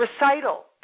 recital